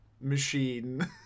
machine